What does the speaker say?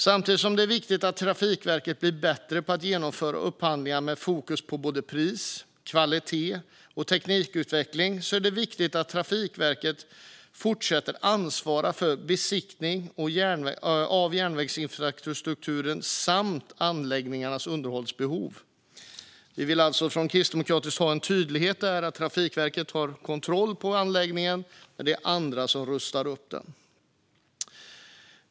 Samtidigt som det är viktigt att Trafikverket blir bättre på att genomföra upphandlingar med fokus på både pris, kvalitet och teknikutveckling är det viktigt att Trafikverket fortsätter att ansvara för besiktning av järnvägsinfrastrukturens samt anläggningarnas underhållsbehov. Vi i Kristdemokraterna vill alltså ha en tydlighet om att Trafikverket har kontroll på anläggningen men att det är andra som rustar upp den.